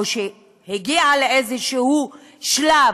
או שהגיעה לאיזשהו שלב,